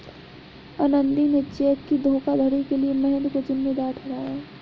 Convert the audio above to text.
आनंदी ने चेक की धोखाधड़ी के लिए महेंद्र को जिम्मेदार ठहराया